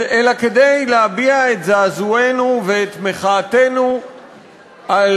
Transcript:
אלא כדי להביע את זעזוענו ואת מחאתנו על